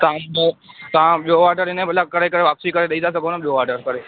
पोइ तव्हां तव्हां ॿियो ऑडर हिन में भला करे करे वापसी करे ॾेई था सघो न ॿियो ऑडर करे